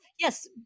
Yes